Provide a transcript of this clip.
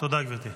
תודה, גברתי.